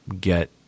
get